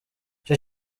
icyo